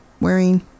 wearing